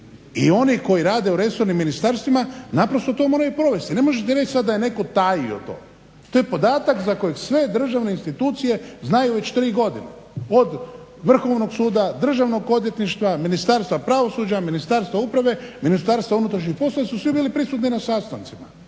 I oni koji rade u resornim ministarstvima to moraju provesti. Ne možete reći sada da je netko tajio to. To je podatak za koji sve državne institucije znaju već tri godine od Vrhovnog suda, Državnog odvjetništva, Ministarstva pravosuđa, Ministarstva uprave, MUP-a su svi bili prisutni sastancima.